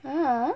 (uh huh)